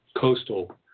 Coastal